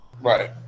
right